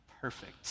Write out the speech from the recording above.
perfect